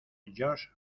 george